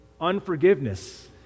unforgiveness